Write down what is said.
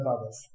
others